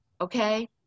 okay